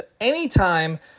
anytime